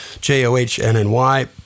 J-O-H-N-N-Y